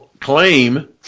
claim